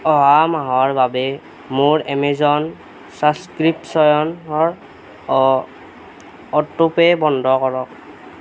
অহা মাহৰ বাবে মোৰ এমেজন ছাবস্ক্ৰিপশ্য়নৰ অটো পে' বন্ধ কৰক